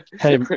hey